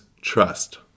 trust